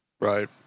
Right